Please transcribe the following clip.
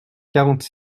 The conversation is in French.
quarante